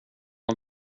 har